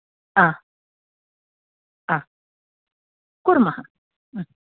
हा हा कुर्मः